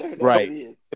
Right